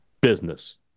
business